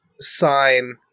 sign